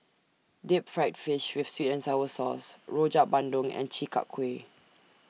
Deep Fried Fish with Sweet and Sour Sauce Rojak Bandung and Chi Kak Kuih